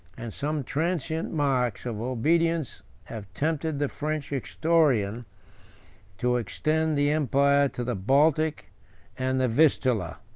and some transient marks of obedience have tempted the french historian to extend the empire to the baltic and the vistula.